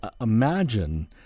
imagine